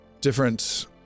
different